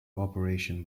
operation